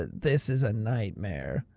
this is a nightmare.